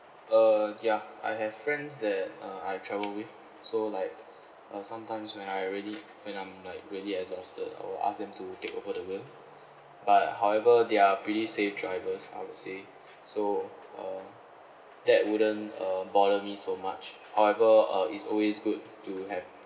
uh ya I have friends that uh I travel with so like uh sometimes when I already when I'm like really exhausted I will ask them to take over the wheel but however they are pretty safe drivers I would say so uh that wouldn't uh bother me so much however uh it's always good to have